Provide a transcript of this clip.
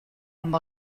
amb